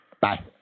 Bye